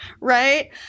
right